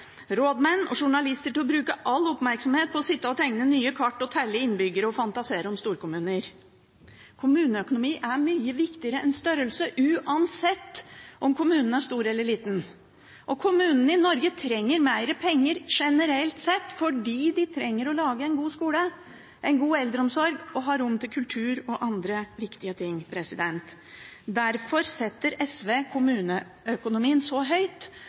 rådmenn og journalister til å bruke all sin oppmerksomhet på å sitte og tegne nye kart og telle innbyggere og fantasere om storkommuner. Kommuneøkonomi er mye viktigere enn kommunestørrelse, uansett om kommunen er stor eller liten, og kommunene i Norge trenger mer penger generelt sett, fordi de trenger å lage en god skole, en god eldreomsorg og å ha rom til kultur og andre viktige ting. Derfor setter SV kommuneøkonomien så høyt